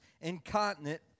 incontinent